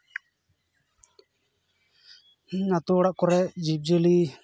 ᱟᱛᱳ ᱚᱲᱟᱜ ᱠᱚᱨᱮ ᱡᱤᱵᱽ ᱡᱤᱭᱟᱹᱞᱤ